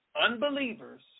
unbelievers